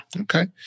Okay